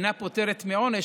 אינה פוטרת מעונש,